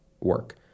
work